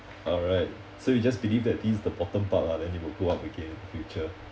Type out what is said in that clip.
alright so you just believe that this is the bottom part lah then you will go up again in future